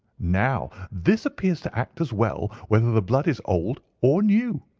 now, this appears to act as well whether the blood is old or new.